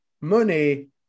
money